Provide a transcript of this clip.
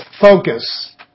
focus